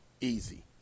easy